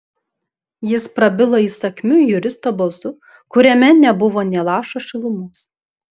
jis prabilo įsakmiu juristo balsu kuriame nebuvo nė lašo šilumos